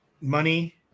money